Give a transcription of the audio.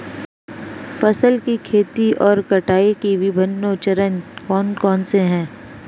फसल की खेती और कटाई के विभिन्न चरण कौन कौनसे हैं?